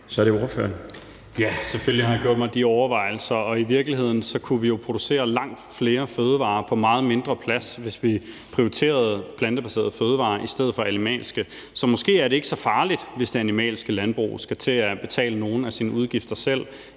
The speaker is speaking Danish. Carl Valentin (SF): Selvfølgelig har jeg gjort mig de overvejelser, og i virkeligheden kunne vi jo producere langt flere fødevarer på meget mindre plads, hvis vi prioriterede plantebaserede fødevarer i stedet for animalske. Så måske er det ikke så farligt, hvis det animalske landbrug skal til at betale nogle af sine udgifter selv,